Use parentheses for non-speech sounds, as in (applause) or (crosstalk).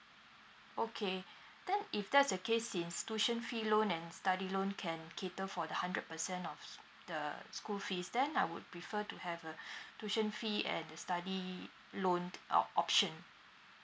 okay then if that's the case since tuition fee loan and study loan can cater for the hundred percent of the school fees then I would prefer to have a (breath) tuition fee and the study loan uh option